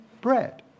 bread